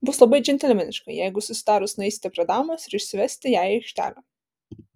bus labai džentelmeniška jeigu susitarus nueisite prie damos ir išsivesite ją į aikštelę